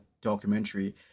documentary